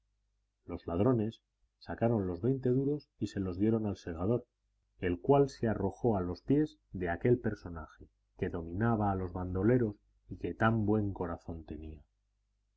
los ladrones sacaron los veinte duros y se los dieron al segador el cual se arrojó a los pies de aquel personaje que dominaba a los bandoleros y que tan buen corazón tenía